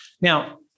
now